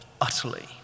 utterly